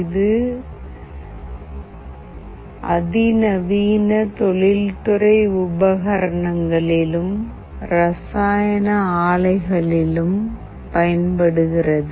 இது அதி நவீன தொழில் துறை உபகரணங்களிலும் ரசாயன ஆலைகளிலும் பயன்படுகிறது